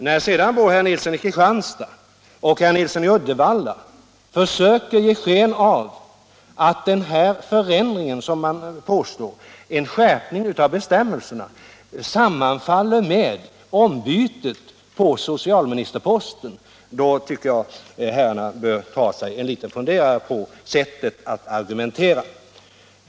När sedan både herr Nilsson i Kristianstad och herr Nilsson i Uddevalla försöker ge sken av att förändringen, som man påstår innebär en skärpning av bestämmelserna, sammanfaller med ombytet på socialministerposten, tycker jag att herrarna borde ta sig en liten funderare på lämpligheten av sättet att argumentera!